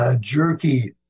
jerky